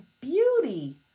beauty